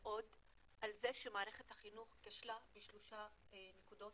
מאוד על זה שמערכת החינוך כשלה בשלוש נקודות